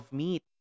meat